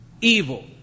evil